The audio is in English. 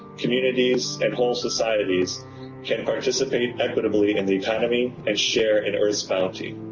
communities and whole societies can participate equitably in the economy and share in earth s bounty.